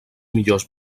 millors